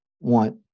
want